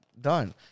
done